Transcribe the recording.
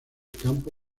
campo